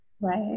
Right